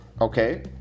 okay